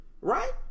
Right